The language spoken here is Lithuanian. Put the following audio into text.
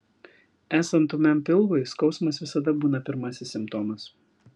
esant ūmiam pilvui skausmas visada būna pirmasis simptomas